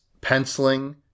penciling